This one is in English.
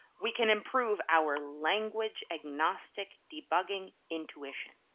we can improve our language-agnostic debugging intuition.